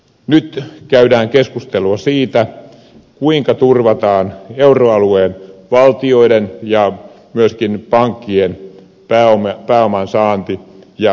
nyt käydään keskustelua siitä kuinka turvataan euroalueen valtioiden ja myöskin pankkien pääoman saanti ja uskottavuus